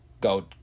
go